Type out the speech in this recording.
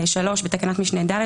(3) בתקנת משנה (ד),